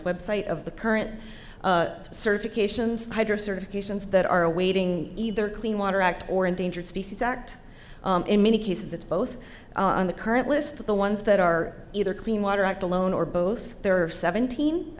website of the current certifications hydro certifications that are awaiting either clean water act or endangered species act in many cases it's both on the current list of the ones that are either clean water act alone or both there are seventeen i